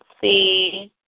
see